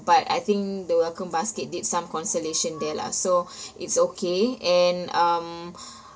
but I think the welcome basket did some consolation there lah so it's okay and um